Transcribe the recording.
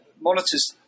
monitors